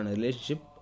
relationship